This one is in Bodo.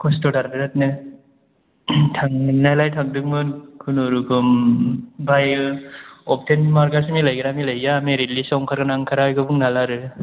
खस्थ'थार बिराथनो थांनायालाय थांदोंमोन खुनुरुखुम ओमफ्राय अबटेन मार्कआसो मिलायहैगोन ना मिलायहैआ मेरिट लिस्टआव ओंखारगोन ना ओंखारा बेखौ बुंनो हाला आरो